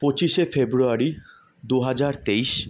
পঁচিশে ফেব্রুয়ারি দু হাজার তেইশ